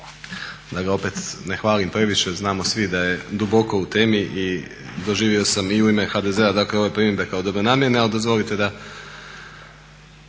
da ga opet ne hvalim previše, znamo svi da je duboko u temi i doživio sam i u ime HDZ-a dakle ova primjedba je kao dobronamjerna, ali dozvolite da,